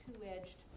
two-edged